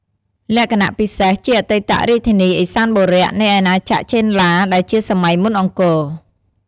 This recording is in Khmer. លក្ខណៈពិសេស ជាអតីតរាជធានី ឦសានបុរៈ នៃអាណាចក្រចេនឡា ដែលជាសម័យមុនអង្គរ។